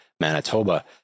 Manitoba